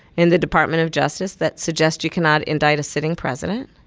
in the department of justice that suggests you cannot indict a sitting president.